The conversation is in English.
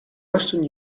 western